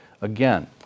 again